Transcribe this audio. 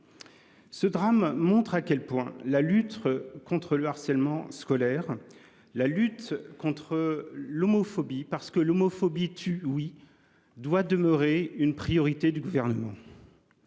Ce drame montre à quel point la lutte contre le harcèlement scolaire, la lutte contre l'homophobie- parce que, oui, l'homophobie tue ! -doit demeurer une priorité du Gouvernement.